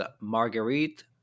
Marguerite